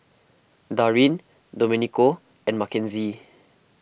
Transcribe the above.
Darin Domenico and Makenzie